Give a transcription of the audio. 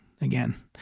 Again